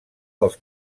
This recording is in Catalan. dels